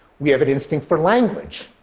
we have an instinct for language,